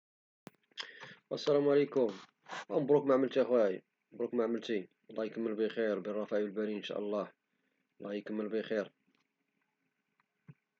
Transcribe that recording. والسلام عليكم، أ مبروك معملت أخاي والله يكمل بخير وبالرفاه والبنين إن شاء الله، والله يكمل بالخير